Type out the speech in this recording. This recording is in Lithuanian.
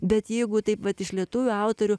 bet jeigu taip vat iš lietuvių autorių